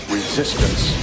resistance